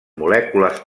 molècules